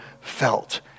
felt